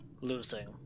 losing